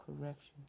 Correction